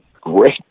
great